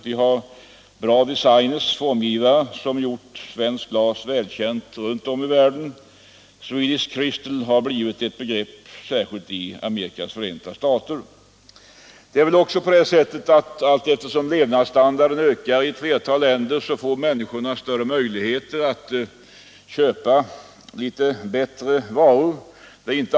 Vi har goda designers — formgivare — som gjort svenskt glas välkänt runt om i världen. ”Swedish chrystal” har blivit ett begrepp, särskilt i Amerikas förenta stater. Allteftersom levnadsstandarden ökar i ett flertal länder får människorna också större möjligheter att köpa bättre varor.